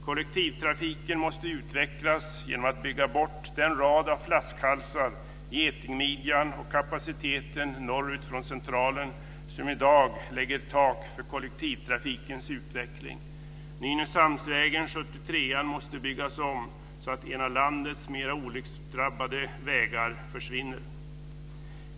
Kollektivtrafiken måste utvecklas genom att bygga bort den rad av flaskhalsar - getingmidjan och kapaciteten norrut från Centralen - som i dag lägger tak för kollektivtrafikens utveckling. Nynäshamnsvägen, 73:an, måste byggas om så att en av landets mera olycksdrabbade vägar försvinner.